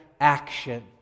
action